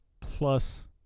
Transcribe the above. plus